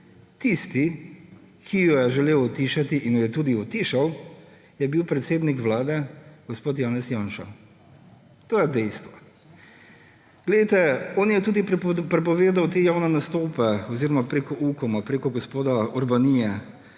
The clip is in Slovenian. Tisti, ki jo je želel utišati in jo je tudi utišal, je bil predsednik Vlade gospod Janez Janša. To je dejstvo. On je tudi prepovedal te javne nastope oziroma preko Ukoma, preko gospoda Urbanije,